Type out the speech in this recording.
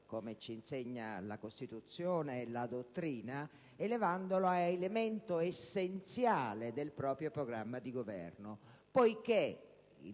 come ci insegnano la Costituzione e la dottrina, a elemento essenziale del proprio programma di governo. Poiché il